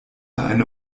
eine